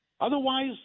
Otherwise